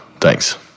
Thanks